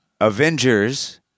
avengers